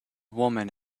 woman